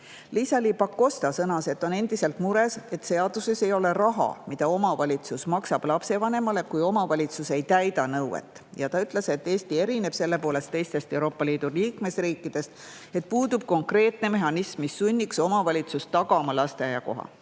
Liisa-Ly Pakosta sõnas, et on endiselt mures, et seaduses ei ole [ette nähtud] raha, mida omavalitsus maksab lapsevanemale, kui omavalitsus ei täida nõuet. Ta ütles, et Eesti erineb selle poolest teistest Euroopa Liidu liikmesriikidest, et puudub konkreetne mehhanism, mis sunniks omavalitsust tagama lasteaiakoha.